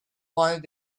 wanted